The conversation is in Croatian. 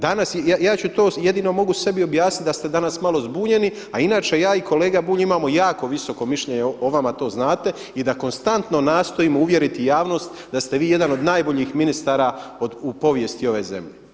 Danas, jedino mogu sebi objasniti da ste danas malo zbunjeni, a inače ja i kolega Bulj imamo jako visoko mišljenje o vama to znate i da konstantno nastojimo uvjeriti javnost da ste vi jedan od najboljih ministara u povijesti ove zemlje.